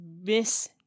miss